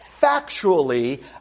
factually